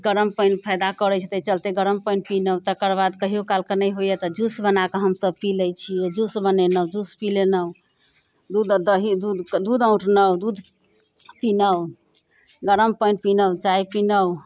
गरम पानि फायदा करै छै तै चलते गरम पानि पिनौ तकर बाद कहियो काल कऽ नहि होइए तऽ जूस बनाकऽ हमसभ पी लै छियै जूस बनेनहुँ जूस पी लेनहुँ दूध अऽ दही दूध औंटलहुँ दूध पीनहुँ गरम पानि पीनहुँ चाय पीनहुँ